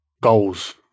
goals